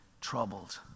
troubled